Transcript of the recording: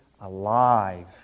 alive